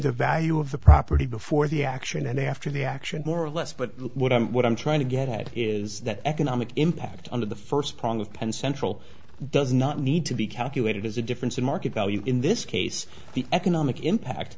the value of the property before the action and after the action more or less but what i'm what i'm trying to get at is that economic impact on the first prong of penn central does not need to be calculated as a difference in market value in this case the economic impact